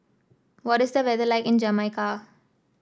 what is the weather like in Jamaica